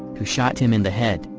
who shot him in the head,